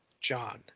John